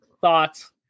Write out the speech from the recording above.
thoughts